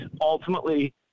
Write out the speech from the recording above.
ultimately